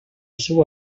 seua